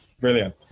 Brilliant